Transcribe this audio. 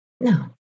No